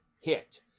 hit